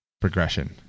progression